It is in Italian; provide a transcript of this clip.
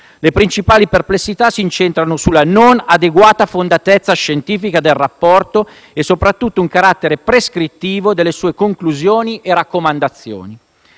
Le principali perplessità si incentrano sulla non adeguata fondatezza scientifica del rapporto e soprattutto sul carattere prescrittivo delle sue conclusioni e raccomandazioni.